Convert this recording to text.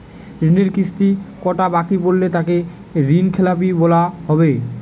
ঋণের কিস্তি কটা বাকি পড়লে তাকে ঋণখেলাপি বলা হবে?